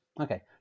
okay